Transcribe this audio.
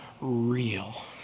real